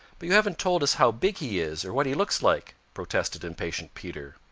but you haven't told us how big he is or what he looks like, protested impatient peter.